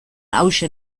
hauxe